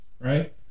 right